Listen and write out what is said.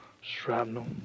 shrapnel